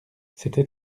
c’était